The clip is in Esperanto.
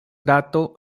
rato